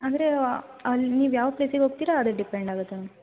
ಅಂದರೆ ಅಲ್ಲಿ ನೀವು ಯಾವ ಪ್ಲೇಸಿಗೆ ಹೋಗ್ತೀರ ಅದ್ಕೆ ಡಿಪೆಂಡ್ ಆಗುತ್ತೆ ಮ್ಯಾಮ್